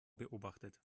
beobachtet